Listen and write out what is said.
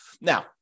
Now